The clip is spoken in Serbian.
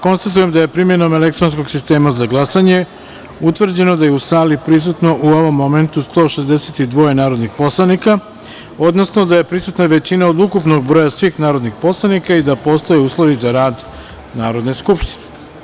Konstatujem da je primenom elektronskog sistema za glasanje utvrđeno da je u sali prisutno, u ovom momentu, 162 narodna poslanika, odnosno da je prisutna većina od ukupnog broja svih narodnih poslanika i da postoje uslovi za rad Narodne skupštine.